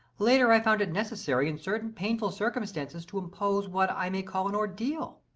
later i found it necessary in certain painful circumstances to impose what i may call an ordeal.